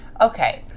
Okay